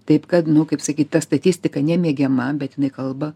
taip kad nu kaip sakyt ta statistika nemėgiama bet jinai kalba